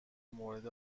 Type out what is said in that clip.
مورد